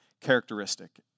characteristic